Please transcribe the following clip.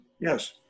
Yes